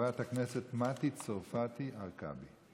חברת הכנסת מטי צרפתי הרכבי.